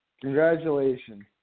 congratulations